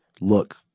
look